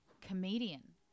comedian